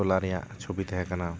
ᱴᱚᱞᱟ ᱨᱮᱭᱟᱜ ᱪᱷᱩᱵᱤ ᱛᱟᱦᱮᱸ ᱠᱟᱱᱟ